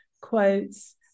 quotes